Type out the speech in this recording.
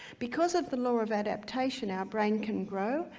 because of the law of adaptation our brain can grow,